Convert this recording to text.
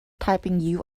typing